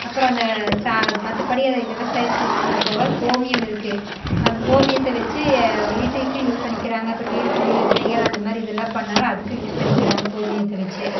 அப்புறம் அந்த சா மற்றப்படி அதை விவசாயத்துக்கு யூஸ் பண்ணுறது போக கோமியம் இருக்குது அந்த கோமியத்தை வச்சி வீட்டுக்கு யூஸ் பண்ணிக்குறாங்க அப்புறம் வீடு புண்ணி யோஜனைகள் அந்த மாதிரி இதெல்லாம் பண்ணாலும் அதுக்கு யூஸ் பண்ணிக்கிறாங்க கோமியத்தை வச்சு